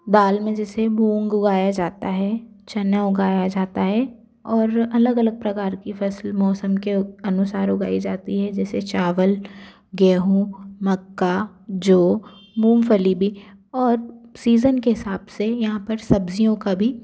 दाल में जैसे मूंग उगाया जाता है चना उगाया जाता है और अलग अलग प्रकार की फसल मौसम के अनुसार उगाई जाती है जैसे चावल गेहूँ मक्का जौ मूंगफली भी और सीज़न के हिसाब से यहाँ पर सब्जियों का भी